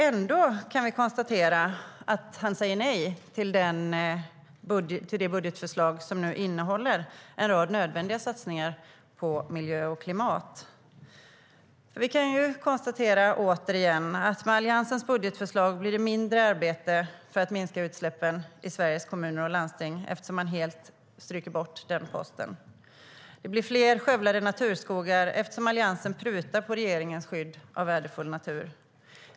Ändå kan vi konstatera att han säger nej till det budgetförslag som innehåller en rad nödvändiga satsningar på miljö och klimat. Vi kan återigen konstatera att med Alliansens budgetförslag blir det mindre arbete för att minska utsläppen i Sveriges kommuner och landsting eftersom man helt har strukit den posten. Det blir fler skövlade naturskogar eftersom Alliansen prutar på regeringens skydd av värdefull natur.